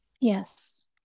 Yes